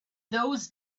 those